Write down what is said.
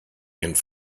and